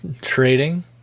trading